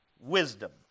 wisdom